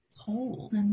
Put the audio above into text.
Cold